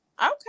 Okay